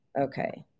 Okay